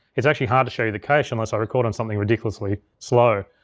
it's actually hard to show you the cache unless i record on something ridiculously slow,